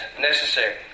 necessary